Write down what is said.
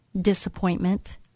disappointment